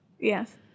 Yes